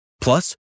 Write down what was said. Plus